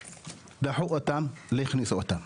דחו אותם ולא הכניסו אותם.